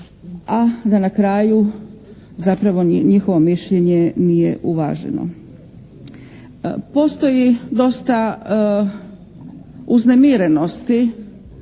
a da na kraju zapravo njihovo mišljenje nije uvaženo. Postoji dosta uznemirenosti